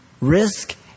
risk